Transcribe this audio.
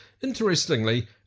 Interestingly